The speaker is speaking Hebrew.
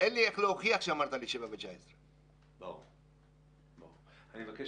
אין לי איך להוכיח שאמרו לי 7:19. אני מבקש